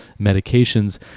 medications